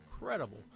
incredible